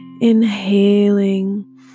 inhaling